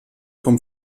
vom